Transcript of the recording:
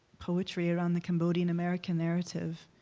poetry around the cambodian american narrative.